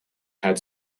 had